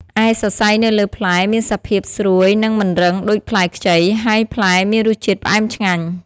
ឯសរសៃនៅលើផ្លែមានសភាពស្រួយនិងមិនរឹងដូចផ្លែខ្ចី ហើយផ្លែមានរសជាតិផ្អែមឆ្ងាញ់។